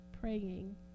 praying